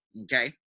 okay